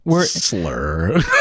Slur